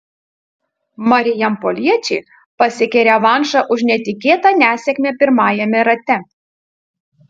marijampoliečiai pasiekė revanšą už netikėtą nesėkmę pirmajame rate